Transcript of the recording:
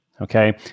okay